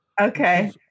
Okay